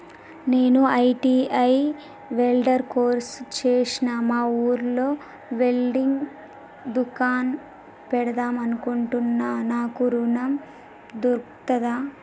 నేను ITI welder course చేశ్న మా ఊర్లో వెల్డింగ్ దుకాన్ పెడదాం అనుకుంటున్నా నాకు ఋణం దొర్కుతదా?